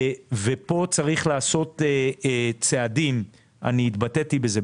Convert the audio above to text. ופה צריך לעשות צעדים, התבטאתי בזה.